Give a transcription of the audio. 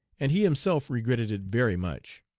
and he himself regretted it very much.